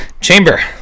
chamber